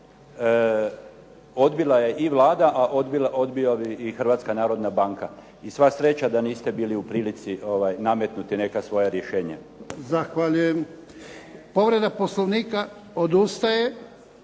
odbila je i Vlada, a odbila bi i Hrvatska narodna banka. I sva sreća da niste bili u prilici nametnuti neka svoja rješenja. **Jarnjak, Ivan (HDZ)** Zahvaljujem. Povreda Poslovnika. Odustaje.